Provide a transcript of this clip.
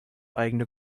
eigene